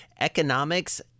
economics